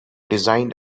designed